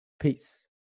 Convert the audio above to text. peace